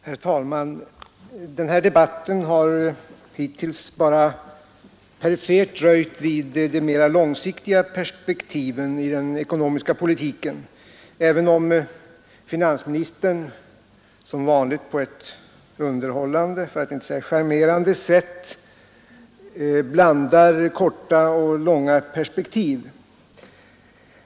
Herr talman! Den här debatten har hittills bara perifert dröjt vid de långsiktiga perspektiven i den ekonomiska politiken, även om finansministern som vanligt på ett underhållande sätt blandar korta och långa perspektiv.